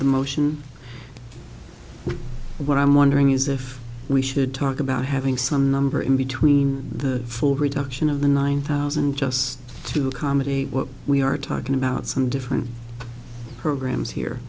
the motion what i'm wondering is if we should talk about having some number in between the full reduction of the nine thousand just to accommodate what we are talking about some different programs